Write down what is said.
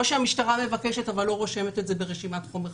שהמשטרה מבקשת אבל לא רושמת את זה ברשימת חומר חקירה.